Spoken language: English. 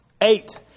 eight